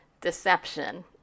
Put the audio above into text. Deception